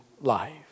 life